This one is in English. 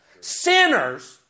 Sinners